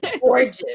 gorgeous